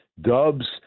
Dubs